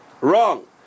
wrong